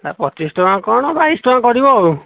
ହେ ପଚିଶଟଙ୍କା କ'ଣ ବାଇଶଟଙ୍କା କରିବ ଆଉ